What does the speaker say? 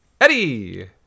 Eddie